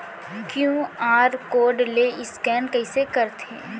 QR code ले scan कइसे करथे?